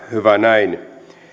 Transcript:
hyvä näin